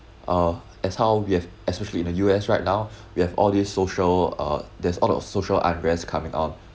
or as how we have especially in the U_S right now we have all these social uh there's all those social unrest coming on